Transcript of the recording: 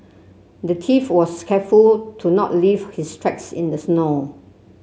the thief was careful to not leave his tracks in the snow